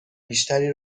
بیشتری